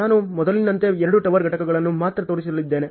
ನಾನು ಮೊದಲಿನಂತೆ 2 ಟವರ್ ಘಟಕಗಳನ್ನು ಮಾತ್ರ ತೋರಿಸಲಿದ್ದೇನೆ